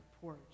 porch